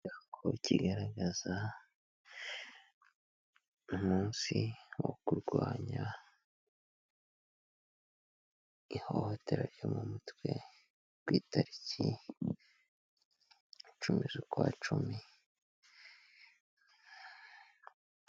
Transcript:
Ikirango kigaragaza ,umunsi wo kurwanya ,ihohotera ryo mu mutwe, ku itariki ,icumi z'ukwa cumi.